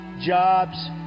jobs